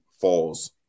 falls